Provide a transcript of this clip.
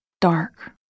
dark